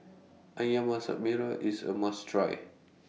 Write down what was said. Ayam Masak Merah IS A must Try